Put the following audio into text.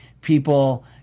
people